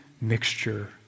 mixture